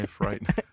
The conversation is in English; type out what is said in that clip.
right